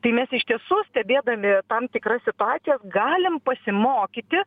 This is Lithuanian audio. tai mes iš tiesų stebėdami tam tikras situacijas galim pasimokyti